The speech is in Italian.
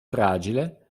fragile